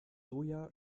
soja